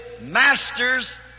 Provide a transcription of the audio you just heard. master's